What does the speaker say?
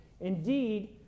Indeed